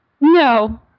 No